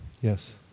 yes